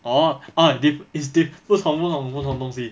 orh oh diff~ it's diff~ 不同不同不同的东西